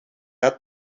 hat